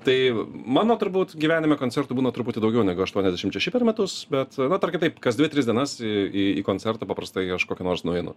tai mano turbūt gyvenime koncertų būna truputį daugiau negu aštuoniasdešim šeši per metus bet na tarkim taip kas dvi tris dienas į į į koncertą paprastai aš kokį nors nueinu